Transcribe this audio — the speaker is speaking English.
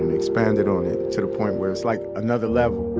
and expanded on it to the point where it's like another level.